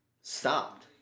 stopped